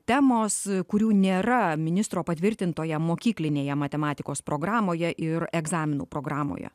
temos kurių nėra ministro patvirtintoje mokyklinėje matematikos programoje ir egzaminų programoje